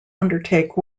undertake